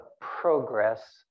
progress